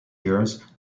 years